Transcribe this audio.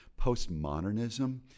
postmodernism